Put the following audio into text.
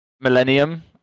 Millennium